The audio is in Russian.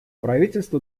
правительства